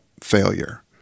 failure